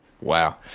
Wow